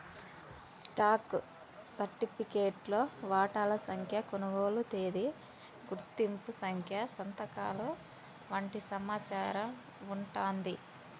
stock సర్టిఫికేట్లో వాటాల సంఖ్య, కొనుగోలు తేదీ, గుర్తింపు సంఖ్య సంతకాలు వంటి సమాచారం వుంటాంది